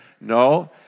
No